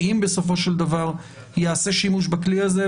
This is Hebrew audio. שאם בסופו של דבר ייעשה שימוש בכלי הזה,